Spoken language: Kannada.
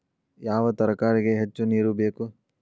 ಯಾವ ತರಕಾರಿಗೆ ಹೆಚ್ಚು ನೇರು ಬೇಕು?